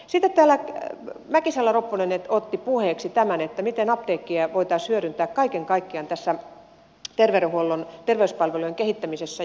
sitten täällä mäkisalo ropponen otti puheeksi tämän miten apteekkeja voitaisiin hyödyntää kaiken kaikkiaan tässä terveyspalvelujen kehittämisessä